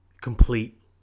complete